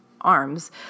arms